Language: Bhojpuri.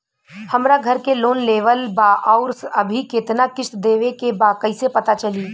हमरा घर के लोन लेवल बा आउर अभी केतना किश्त देवे के बा कैसे पता चली?